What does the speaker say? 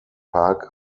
park